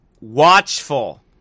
watchful